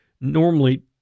normally